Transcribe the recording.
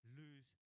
lose